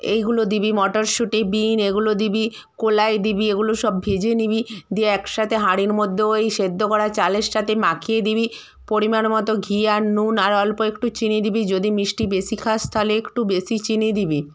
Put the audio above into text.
এইগুলো দিবি মটরশুঁটি বিন এগুলো দিবি কলাই দিবি এগুলো সব ভেজে নিবি দিয়ে একসাথে হাঁড়ির মধ্যে ওই সেদ্ধ করা চালের সাথে মাখিয়ে দিবি পরিমাণ মতো ঘি আর নুন আর অল্প একটু চিনি দিবি যদি মিষ্টি বেশি খাস তালে একটু বেশি চিনি দিবি